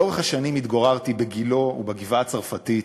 לאורך השנים התגוררתי בגילה ובגבעה-הצרפתית,